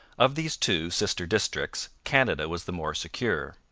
of these two sister districts canada was the more secure.